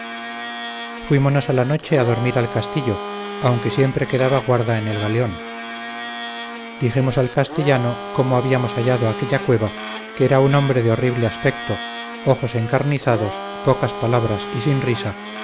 fuimonos a la noche a dormir al castillo aunque siempre quedaba guarda en el galeón dijimos al castellano cómo habíamos hallado aquella cueva que era un hombre de horrible aspecto ojos encarnizados pocas palabras y sin risa